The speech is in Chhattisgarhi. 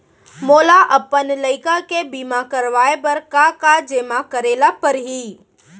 मोला अपन लइका के बीमा करवाए बर का का जेमा करे ल परही?